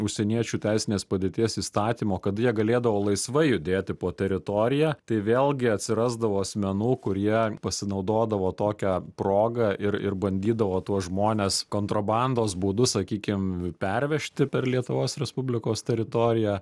užsieniečių teisinės padėties įstatymo kada jie galėdavo laisvai judėti po teritoriją tai vėlgi atsirasdavo asmenų kurie pasinaudodavo tokia proga ir ir bandydavo tuos žmones kontrabandos būdu sakykim pervežti per lietuvos respublikos teritoriją